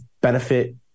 benefit